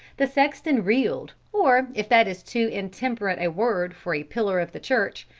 the sexton reeled, or, if that is too intemperate a word for a pillar of the church,